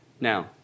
Now